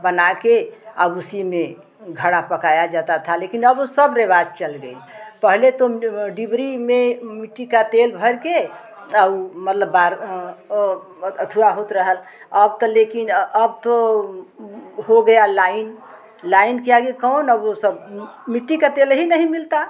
बनाकर अब उसी में घड़ा पकाया जाता था लेकिन अब सब रिवाज चल गई पहले तो डिबरी में मिट्टी का तेल भरकर और मतलब बार वो अथवा होत रहल अब तो लेकिन अब तो हो गया लाइन लाइन के आगे कौन अब वह सब मिट्टी का तेल ही नहीं मिलता